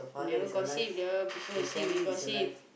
never gossip the people will say we gossip